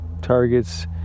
targets